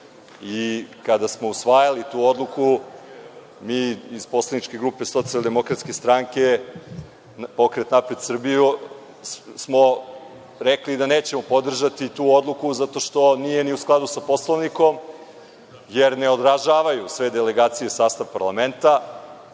Kada smo usvajali tu odluku, mi iz poslaničke grupe SDS – Pokret Napred Srbijo, rekli smo da nećemo podržati tu odluku zato što nije ni u skladu sa Poslovnikom, jer ne odražavaju sve delegacije sastav parlamenta.